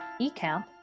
ECAMP